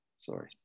sorry